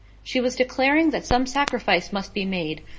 she was declaring that some sacrifice must be made,